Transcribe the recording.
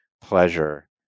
Pleasure